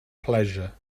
pleasure